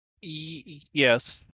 Yes